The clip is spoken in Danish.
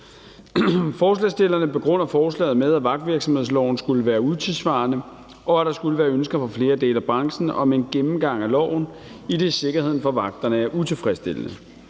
Forslagsstillerne begrunder forslaget med, at vagtvirksomhedsloven skulle være utidssvarende, og at der fra flere dele af branchen skulle være ønske om en gennemgang af loven, idet sikkerheden for vagterne er utilfredsstillende.